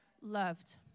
loved